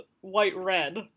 white-red